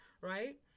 right